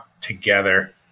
together